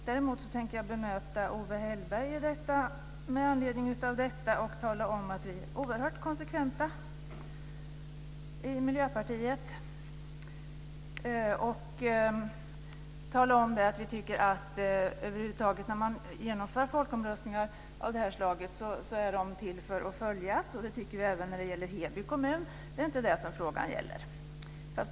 Däremot tänker jag bemöta Owe Hellberg med anledning av detta och tala om att vi är oerhört konsekventa i Miljöpartiet. Vi tycker att när man genomför folkomröstningar av det här slaget ska de följas, och det tycker vi även när det gäller Heby kommun. Det är inte det som frågan gäller.